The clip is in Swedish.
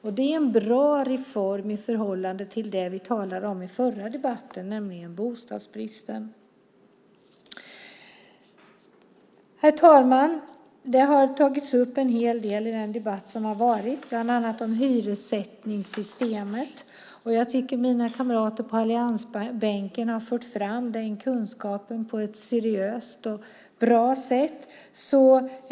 Det är en bra reform i förhållande till det vi talade om i den förra debatten, nämligen bostadsbristen. Herr talman! Det har tagits upp en hel del i den debatt som har varit, bland annat om hyressättningssystemet. Jag tycker att mina kamrater på alliansbänken har fört fram den kunskapen på ett seriöst och bra sätt.